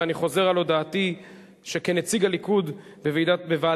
ואני חוזר על הודעתי שכנציג הליכוד בוועדת